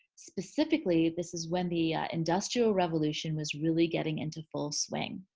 specifically, this is when the industrial revolution was really getting into full swing.